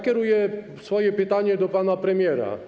Kieruję swoje pytanie do pana premiera.